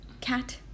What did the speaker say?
cat